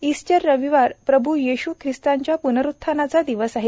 Easter रविवार प्रभू येशू खिस्ताच्या पुनरुत्थानाचा दिवस आहे